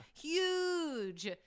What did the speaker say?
huge